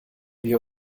wir